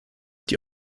die